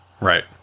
Right